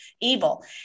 evil